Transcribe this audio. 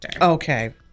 Okay